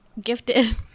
gifted